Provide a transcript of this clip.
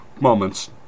moments